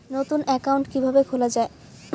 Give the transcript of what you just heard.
নতুন একাউন্ট কিভাবে খোলা য়ায়?